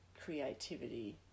creativity